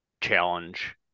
challenge